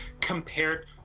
compared